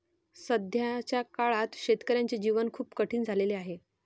सध्याच्या काळात शेतकऱ्याचे जीवन खूप कठीण झाले आहे